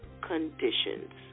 conditions